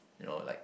you know like